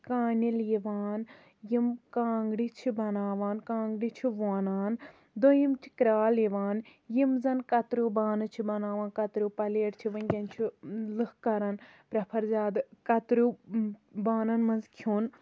کانِل یِوان یِم کانٛگرِ چھِ بَناوان کانٛگرِ چھِ وۄنان دٔیِم چھِ کرال یِوان یِم زَن کَتریٚو بانہٕ چھِ بَناوان کَتریٚو پَلیٹ چھ وٕنکیٚن چھِ لُکھ کَران پریٚفر زیادٕ کَتریٚو بانَن مَنٛز کھیٚون